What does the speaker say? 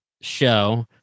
show